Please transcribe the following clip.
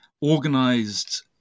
organized